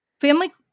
Family